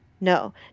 no